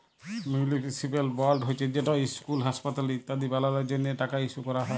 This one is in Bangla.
মিউলিসিপ্যাল বল্ড হছে যেট ইসকুল, হাঁসপাতাল ইত্যাদি বালালর জ্যনহে টাকা ইস্যু ক্যরা হ্যয়